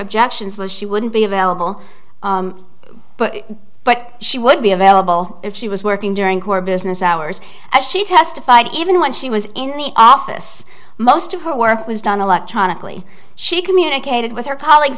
objections was she wouldn't be available but she would be available if she was working during her business hours as she testified even when she was in the office most of her work was done electronically she communicated with her colleagues